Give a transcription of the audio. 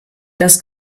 das